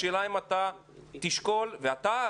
השאלה אם אתה תשקול אתה,